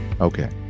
Okay